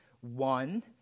one